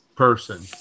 person